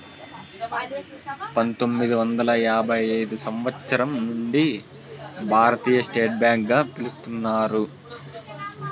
పంతొమ్మిది వందల యాభై ఐదు సంవచ్చరం నుండి భారతీయ స్టేట్ బ్యాంక్ గా పిలుత్తున్నారు